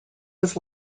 was